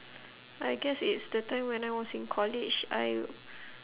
I guess it's the time when I was in college I